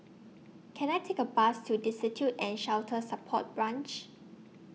Can I Take A Bus to Destitute and Shelter Support Branch